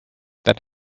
that